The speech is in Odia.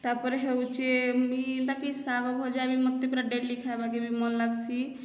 ତା ପରେ ହେଉଛେ ମି ଏନ୍ତାକି ଶାଗ ଭଜା ବି ମୋତେ ପୁରା ଡେଲି ଖାଇବାକେ ମନ ଲାଗସି